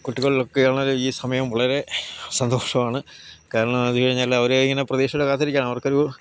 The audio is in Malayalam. കുട്ടികളിലൊക്കെ ആണെങ്കിലും ഈ സമയം വളരെ സന്തോഷമാണ് കാരണം അത് കഴിഞ്ഞാൽ അവരേ ഇങ്ങനെ പ്രതീക്ഷയോടെ കാത്തിരിക്കുകയാണ് അവർക്കൊരൂ